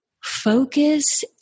Focus